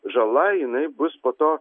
žala jinai bus po to